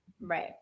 Right